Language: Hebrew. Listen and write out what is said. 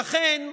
לכן,